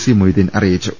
C Moideen അറി യിച്ചു